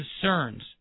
concerns